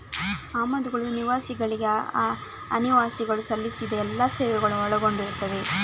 ಆಮದುಗಳು ನಿವಾಸಿಗಳಿಗೆ ಅನಿವಾಸಿಗಳು ಸಲ್ಲಿಸಿದ ಎಲ್ಲಾ ಸೇವೆಗಳನ್ನು ಒಳಗೊಂಡಿರುತ್ತವೆ